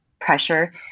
pressure